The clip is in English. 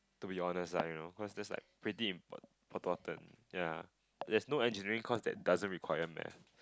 to be honest lah you know cause that's like pretty impor~ important ya there's like no Engineering course that doesn't require math